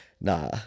nah